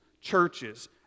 churches